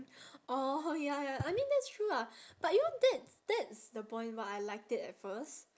oh ya ya I mean that's true lah but you know that's that's the point why I liked it at first